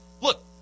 Look